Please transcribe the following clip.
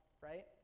right